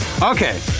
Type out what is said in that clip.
Okay